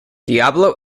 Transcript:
diablo